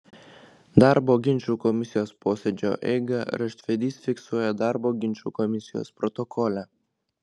darbo ginčų komisijos posėdžio eigą raštvedys fiksuoja darbo ginčų komisijos protokole